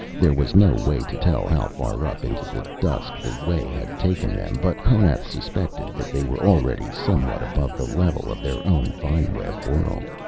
there was no way to tell how far up into the dusk the way had taken them, but honath suspected that they were already somewhat above the level of their own vine-web world.